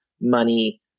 money